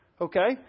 Okay